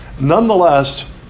Nonetheless